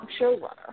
showrunner